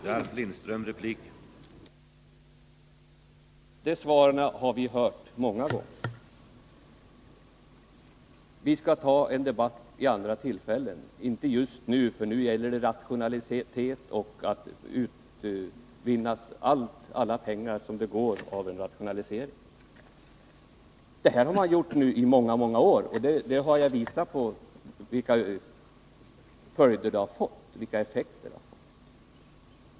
Herr talman! Dessa svar har vi hört många gånger. Det heter alltid att vi skall ha en viss debatt vid andra tillfällen. Just nu gäller det att få ut så mycket pengar som möjligt av en rationalisering. Vad jag här har talat om är sådant som har pågått i flera år, och jag har nu visat effekterna därav.